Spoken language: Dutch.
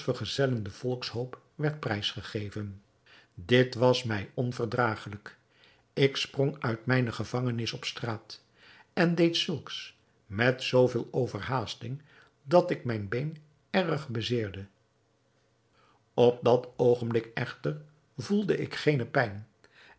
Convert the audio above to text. den ons vergezellenden volkshoop werd prijsgegeven dit was mij onverdragelijk ik sprong uit mijne gevangenis op straat en deed zulks met zoo veel overhaasting dat ik mijn been erg bezeerde op dat oogenblik echter voelde ik geene pijn